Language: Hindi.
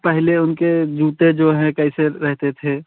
पहले उनके जूते जो हैं कैसे रहते थे